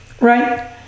Right